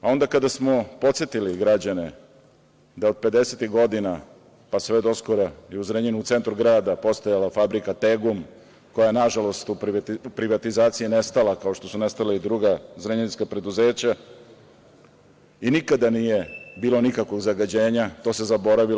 Onda kada smo podsetili građane da od pedesetih godina, pa sve do skora, i u Zrenjaninu u centru grada postojala fabrika „Tegum“, koja je, nažalost, u privatizaciji nestala, kao što su nestala i druga zrenjaninska preduzeća, i nikada nije bilo nikakvog zagađenja, to se zaboravilo.